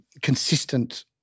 consistent